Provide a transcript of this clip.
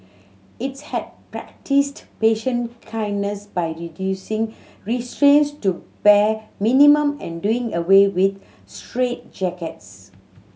its had practised patient kindness by reducing restraints to bare minimum and doing away with straitjackets